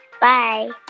Bye